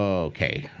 ok.